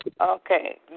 Okay